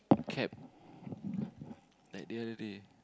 cab that the other day